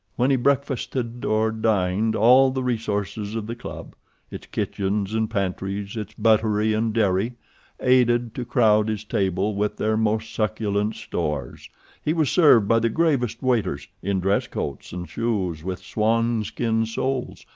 when he breakfasted or dined all the resources of the club its kitchens and pantries, its buttery and dairy aided to crowd his table with their most succulent stores he was served by the gravest waiters, in dress coats, and shoes with swan-skin soles,